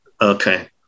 Okay